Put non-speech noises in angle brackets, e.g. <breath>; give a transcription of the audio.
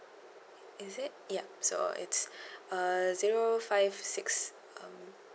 is it yup so it's <breath> uh zero five six um